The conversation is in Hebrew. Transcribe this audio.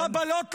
חבלות למפגינים,